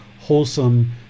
wholesome